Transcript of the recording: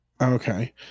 okay